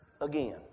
again